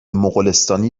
مغولستانی